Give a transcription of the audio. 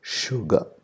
sugar